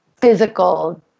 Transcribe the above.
physical